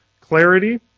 clarity